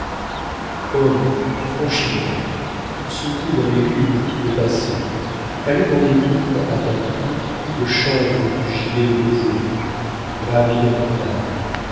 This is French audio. homme franchis les mers secoue dans l'écume tout le passé allume en étoupe à ta proue le chanvre du gibet brisé gravis les montagnes